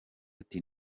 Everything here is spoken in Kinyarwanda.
ati